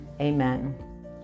amen